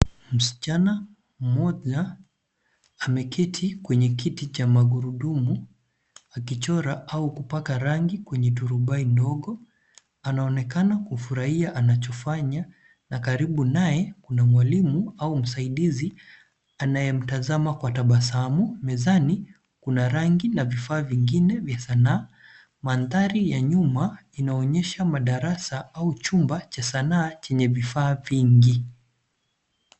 Msichana mmoja ameketi kwenye kiti cha magurudumu akichora au kupaka rangi kwenye turubai ndogo, anaonekana kufurahia anachofanya na karibu naye kuna mwalimu au msaidizi anayemtazama kwa tabasamu. Mezani kuna rangi na vifaa vingine vya Sanaa. Mandhari ya nyuma inaonyesha madarasa au chumba cha Sanaa chenye vifaa vingi.